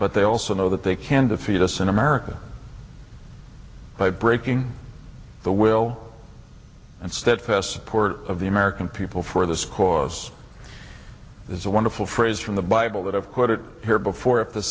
but they also know that they can defeat us in america by breaking the will and steadfast support of the american people for this cause is a wonderful phrase from the bible that have put it here before if the